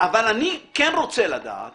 אבל אני כן רוצה לדעת